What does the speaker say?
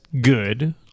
good